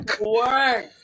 Work